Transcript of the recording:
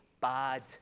bad